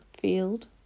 field